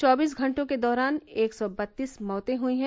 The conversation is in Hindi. चौबीस घंटों के दौरान एक सौ बत्तीस मौतें हुई हैं